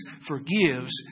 forgives